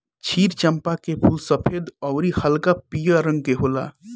क्षीर चंपा के फूल सफ़ेद अउरी हल्का पियर रंग के होला